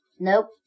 Nope